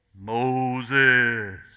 Moses